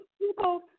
people